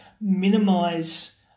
minimize